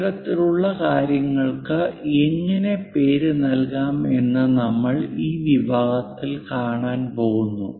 ഇത്തരത്തിലുള്ള കാര്യങ്ങൾക്ക് എങ്ങനെ പേര് നൽകാം എന്ന് നമ്മൾ ഈ വിഭാഗത്തിൽ കാണാൻ പോകുന്നു